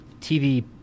TV